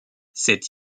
cette